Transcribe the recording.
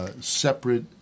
Separate